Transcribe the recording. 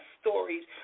stories